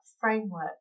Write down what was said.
framework